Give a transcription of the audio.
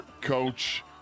coach